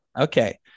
Okay